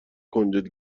کنجد